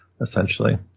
essentially